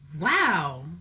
wow